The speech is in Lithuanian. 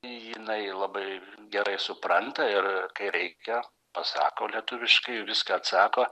jinai labai gerai supranta ir kai reikia pasako lietuviškai viską atsako